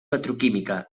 petroquímica